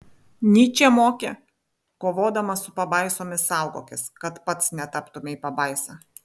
nyčė mokė kovodamas su pabaisomis saugokis kad pats netaptumei pabaisa